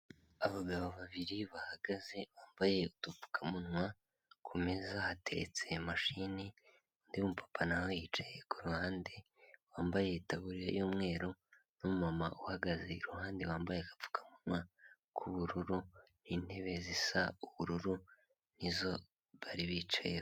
Abagabo babiri bahagaze bambaye udupfukamunwa, ku meza hateretse mashini, undi mupapa na we yicaye ku ruhande wambaye itaburiya y'umweru n'umumama uhagaze iruhande wambaye agapfukamunwa k'ubururu, intebe zisa ubururu nizo bari bicayeho.